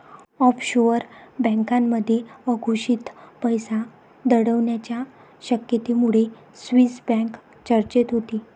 offshore बँकांमध्ये अघोषित पैसा दडवण्याच्या शक्यतेमुळे स्विस बँक चर्चेत होती